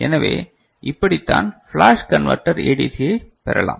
எனவே இப்படித்தான் flash converter ஏடிசியை பெறலாம்